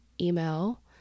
email